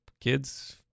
kids